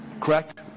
correct